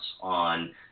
on